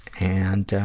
and,